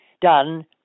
done